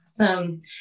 Awesome